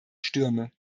stürme